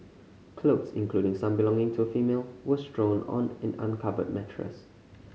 clothes including some belonging to a female were strewn on an uncovered mattress